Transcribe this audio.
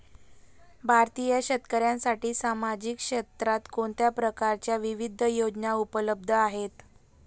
भारतीय शेतकऱ्यांसाठी सामाजिक क्षेत्रात कोणत्या प्रकारच्या विविध योजना उपलब्ध आहेत?